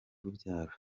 urubyaro